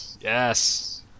Yes